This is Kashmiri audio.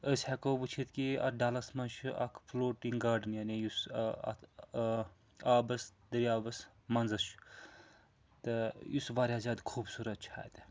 أسۍ ہؠکو وٕچھِتھ کہِ اَتھ ڈَلَس منٛز چھِ اَکھ فلوٹِنٛگ گاڈن یعنی یُس اَتھ آبَس دٔریابَس منٛزَس تہٕ یُس واریاہ زیادٕ خوٗبصوٗرت چھُ اَتہِ